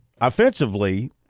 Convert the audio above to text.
offensively